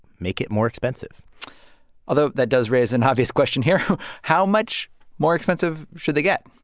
make it more expensive although that does raise an obvious question here. how how much more expensive should they get?